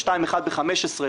ו-2.1% ב-2015,